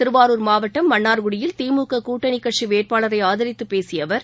திருவாரூர் மாவட்டம் மன்னார்குடியில் திமுக கூட்டணி கட்சி வேட்பாளரை ஆதரித்து பேசிய அவர்